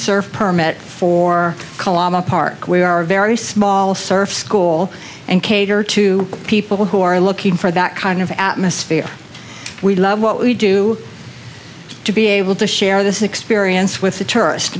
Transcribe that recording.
surf permit for kilometer park we are a very small surf school and cater to people who are looking for that kind of atmosphere we love what we do to be able to share this experience with the tourist